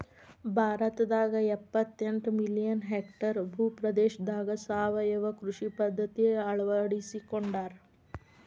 ಭಾರತದಾಗ ಎಪ್ಪತೆಂಟ million hectare ಭೂ ಪ್ರದೇಶದಾಗ ಸಾವಯವ ಕೃಷಿ ಪದ್ಧತಿ ಅಳ್ವಡಿಸಿಕೊಂಡಾರ